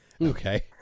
Okay